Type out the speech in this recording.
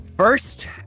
First